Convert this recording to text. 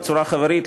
בצורה חברית,